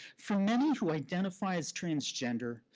for many who identify as transgender,